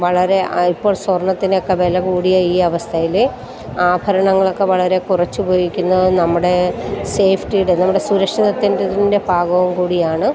വളരെ ഇപ്പോൾ സ്വർണത്തിനൊക്ക വില കൂടിയ ഈ അവസ്ഥയിൽ ആഭരണങ്ങളൊക്ക വളരെ കുറച്ചുപയോഗിക്കുന്ന നമ്മുടെ സേഫ്റ്റിയുടെ നമ്മുടെ സുരക്ഷിതത്വത്തിൻ്റെ ഭാഗവും കൂടിയാണ്